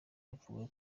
avuga